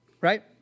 Right